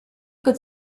could